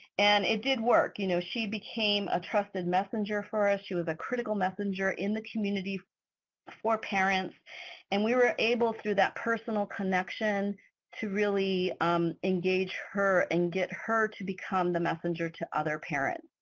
and it did work. you know she became a trusted messenger for us. she was a critical messenger in the community for parents and we were able through that personal connection to really um engage her and get her to become the messenger to other parents.